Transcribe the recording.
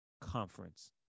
conference